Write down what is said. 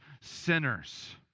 sinners